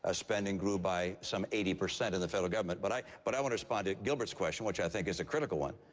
ah spending grew by some eighty percent of the federal government. but i but i want to respond to gilbert's question, which i think is a critical one.